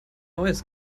neues